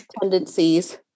tendencies